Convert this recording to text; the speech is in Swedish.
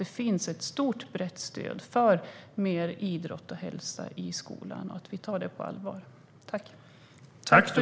Det finns ett stort och brett stöd för mer idrott och hälsa i skolan, och vi tar detta på allvar.